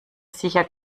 sicher